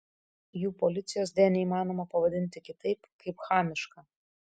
jų policijos deja neįmanoma pavadinti kitaip kaip chamiška